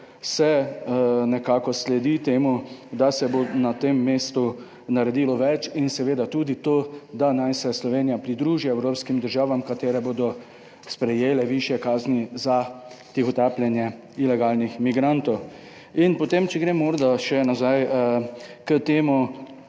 se nekako sledi temu, da se bo na tem mestu naredilo več, in seveda tudi to, da naj se Slovenija pridruži evropskim državam katere bodo sprejele višje kazni za tihotapljenje ilegalnih migrantov. In potem, če grem morda še nazaj k temu,